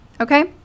okay